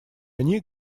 они